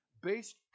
based